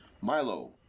Milo